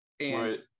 Right